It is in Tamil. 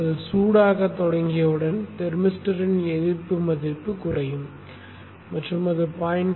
அது சூடாகத் தொடங்கியவுடன் தெர்மிஸ்டரின் எதிர்ப்பு மதிப்பு குறையும் மற்றும் அது 0